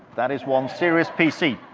that is one serious pc.